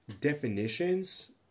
definitions